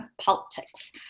politics